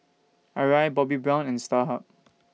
Arai Bobbi Brown and Starhub